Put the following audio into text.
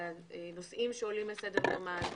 הנושאים שעולים על סדר-יומן,